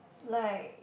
like